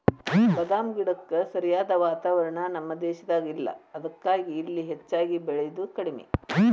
ಬಾದಾಮ ಗಿಡಕ್ಕ ಸರಿಯಾದ ವಾತಾವರಣ ನಮ್ಮ ದೇಶದಾಗ ಇಲ್ಲಾ ಅದಕ್ಕಾಗಿ ಇಲ್ಲಿ ಹೆಚ್ಚಾಗಿ ಬೇಳಿದು ಕಡ್ಮಿ